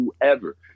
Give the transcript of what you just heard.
whoever